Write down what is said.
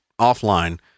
offline